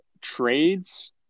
trades